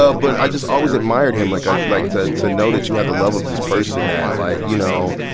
ah but i just always admired him like, like to so and know that you had the love of this person that, like, you know,